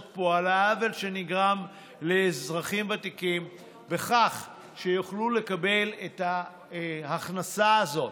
פה של העוול שנגרם לאזרחים ותיקים בכך שיוכלו לקבל את ההכנסה הזאת